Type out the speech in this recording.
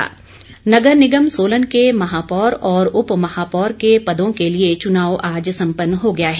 सोलन नगर निगम नगर निगम सोलन के महापौर और उपमहापौर के पदों के लिए चुनाव आज संपन्न हो गया है